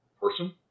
person